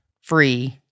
free